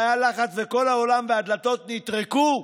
כשהיה לחץ בכל העולם והדלתות נטרקו,